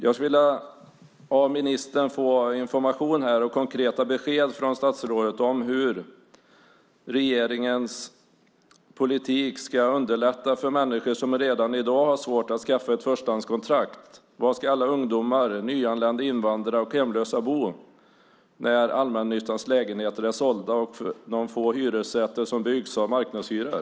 Jag skulle av ministern vilja få information och konkreta besked om hur regeringens politik ska underlätta för människor som redan i dag har svårt att skaffa ett förstahandskontrakt. Var ska alla ungdomar, nyanlända invandrare och hemlösa bo när allmännyttans lägenheter är sålda och de få hyresrätter som byggs har marknadshyror?